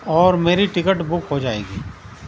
اور میری ticket book ہو جائے گی